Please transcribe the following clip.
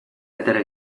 atera